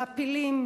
מעפילים,